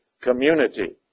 community